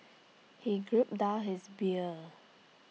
he grouped down his beer